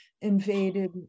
invaded